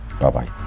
bye-bye